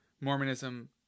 Mormonism